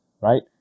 Right